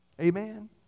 Amen